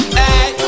hey